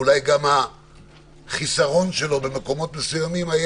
ואולי גם החיסרון שלו במקומות מסוימים,